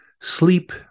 sleep